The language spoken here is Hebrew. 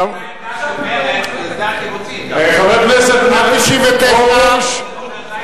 זאת היתה העמדה של מרצ בהסדר הקיבוצים.